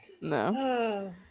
no